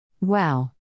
Wow